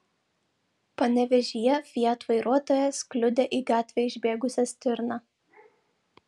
panevėžyje fiat vairuotojas kliudė į gatvę išbėgusią stirną